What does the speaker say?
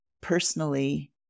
personally